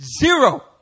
zero